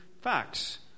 facts